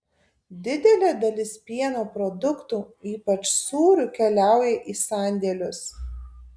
didelė dalis pieno produktų ypač sūrių keliauja į sandėlius